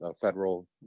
federal